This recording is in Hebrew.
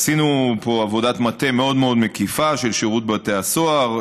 עשינו פה עבודת מטה מאוד מאוד מקיפה של שירות בתי הסוהר,